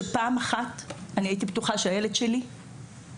שפעם אחת אני הייתי בטוחה שהילד שלי התאבד,